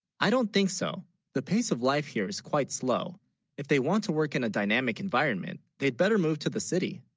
i don't think so the pace of life here is quite slow if they, want to work in a dynamic environment they'd better move to the city